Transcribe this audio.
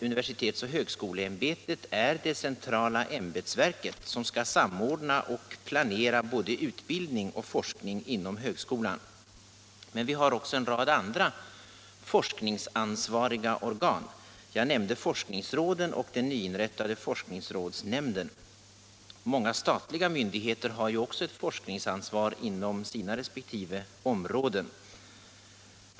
Universitetsoch högskoleämbetet är det centrala ämbetsverket som skall samordna och planera både utbildning och forskning inom högskolan. Vi har också en rad andra forskningsansvariga organ. Jag nämnde forskningsråden och den nyinrättade forskningsrådsnämnden. Många statliga myndigheter har också ett forskningsansvar inom sina resp. områden.